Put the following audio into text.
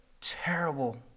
terrible